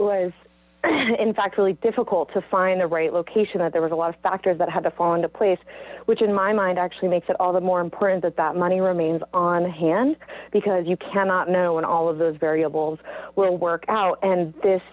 was in fact really difficult to find the right location that there was a lot of factors that had to fall into place which in my mind actually makes it all the more important that that money remains on hand because you cannot know and all of those variables will work out and this